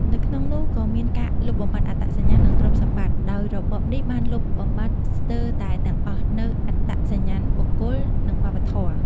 នៅក្នុងនោះក៏មានការលុបបំបាត់អត្តសញ្ញាណ និងទ្រព្យសម្បត្តិ ដោយរបបនេះបានលុបបំបាត់ស្ទើរតែទាំងអស់នូវអត្តសញ្ញាណបុគ្គល និងវប្បធម៌។